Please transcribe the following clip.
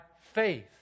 faith